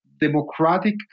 democratic